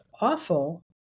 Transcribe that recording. awful